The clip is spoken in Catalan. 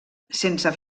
sense